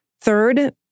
Third